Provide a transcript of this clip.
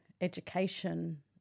education